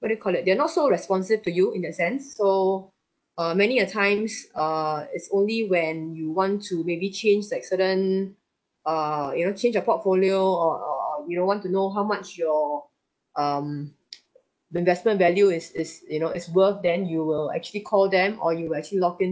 what do you call it they're not so responsive to you in that sense so uh many a times err it's only when you want to maybe change like certain err you know change your portfolio or or or you know want to know how much your um investment value is is you know is worth then you will actually call them or you actually login